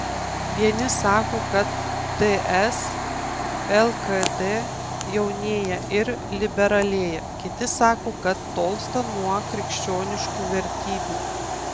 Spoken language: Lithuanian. vieni sako kad ts lkd jaunėja ir liberalėja kiti sako kad tolsta nuo krikščioniškų vertybių